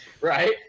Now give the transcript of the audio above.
Right